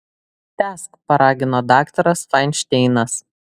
tęsk paragino daktaras fainšteinas